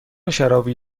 شرابی